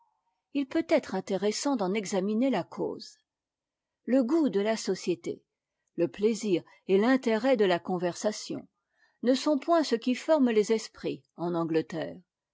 il peut être intéressant d'en examiner la cause le goût de la société le plaisir et l'intérêt de la conversation ne sont point ce qui forme les es'prits en angleterre